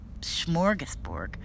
smorgasbord